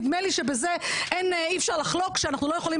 נדמה לי שאי אפשר לחלוק שאנחנו לא יכולים